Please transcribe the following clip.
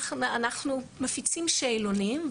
אנחנו מפיצים שאלונים.